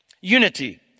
Unity